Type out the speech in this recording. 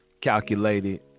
calculated